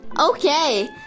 Okay